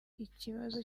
ikibazo